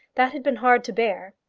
that had been hard to bear.